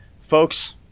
folks